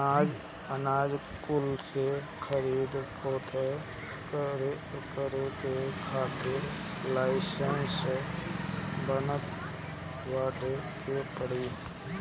अनाज कुल के खरीद फोक्त करे के खातिर लाइसेंस बनवावे के पड़ी